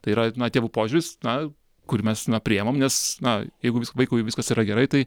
tai yra na tėvų požiūris na kur mes na priimam nes na jeigu visk vaikui viskas yra gerai tai